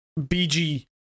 BG